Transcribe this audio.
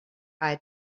eyed